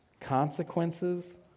consequences